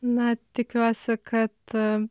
na tikiuosi kad